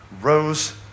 rose